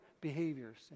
behaviors